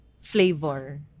flavor